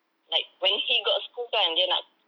like when he got school kan dia nak